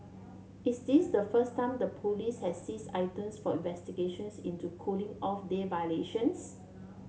is this the first time the police has seized items for investigations into cooling off day violations